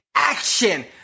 action